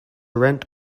rent